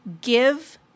give